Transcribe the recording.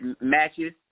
matches